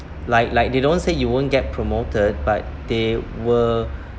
like like they don't say you won't get promoted but they were